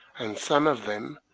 and some of them,